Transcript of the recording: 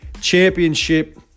championship